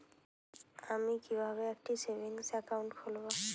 আমি কিভাবে একটি সেভিংস অ্যাকাউন্ট খুলব?